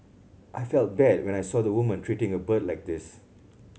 I felt bad when I saw the woman treating a bird like this